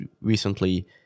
recently